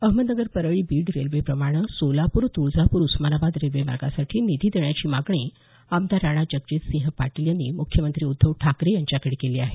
अहमदनगर परळी बीड रेल्वेप्रमाणे सोलापूर तुळजापूर उस्मानाबाद रेल्वे मार्गासाठी निधी देण्याची मागणी आमदार राणा जगजीतसिंह पाटील यांनी मुख्यमंत्री उद्धव ठाकरे यांच्याकडे केली आहे